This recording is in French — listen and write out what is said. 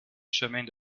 chemins